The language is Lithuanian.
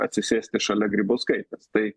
atsisėsti šalia grybauskaitės tai